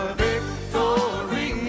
victory